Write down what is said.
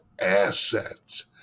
assets